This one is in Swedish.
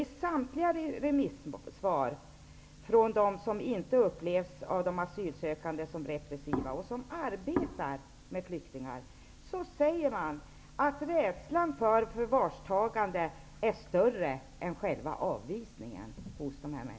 I samtliga remissvar från dem, som av de asylsökande inte upplevs som repressiva, och från dem som arbetar med flyktingar, sägs att flyktingarnas rädsla för förvarstagande är större än för själva avvisningen.